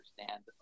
understand